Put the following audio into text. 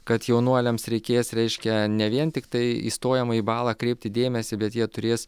kad jaunuoliams reikės reiškia ne vien tiktai į stojamąjį balą kreipti dėmesį bet jie turės